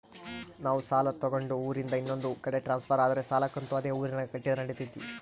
ನಾವು ಸಾಲ ತಗೊಂಡು ಊರಿಂದ ಇನ್ನೊಂದು ಕಡೆ ಟ್ರಾನ್ಸ್ಫರ್ ಆದರೆ ಸಾಲ ಕಂತು ಅದೇ ಊರಿನಾಗ ಕಟ್ಟಿದ್ರ ನಡಿತೈತಿ?